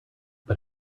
but